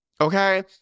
Okay